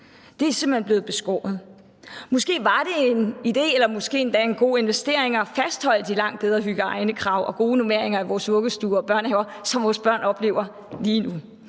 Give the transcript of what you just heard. er simpelt hen blevet beskåret. Måske var det en idé og måske endda en god investering at fastholde kravene til en langt bedre hygiejne og de gode normeringer i vores vuggestuer og børnehaver, som vores børn oplever lige nu.